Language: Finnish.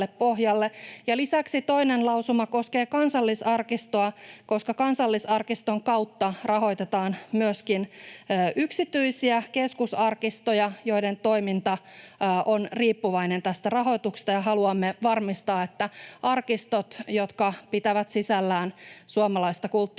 Lisäksi toinen lausuma koskee Kansallisarkistoa, koska Kansallisarkiston kautta rahoitetaan myöskin yksityisiä keskusarkistoja, joiden toiminta on riippuvainen tästä rahoituksesta, ja haluamme varmistaa, että arkistot, jotka pitävät sisällään suomalaista kulttuuriperintöä